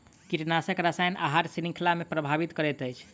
कीटनाशक रसायन आहार श्रृंखला के प्रभावित करैत अछि